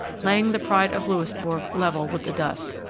laying the pride of louisbourg level with the dust.